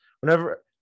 whenever